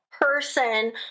person